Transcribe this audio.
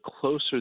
closer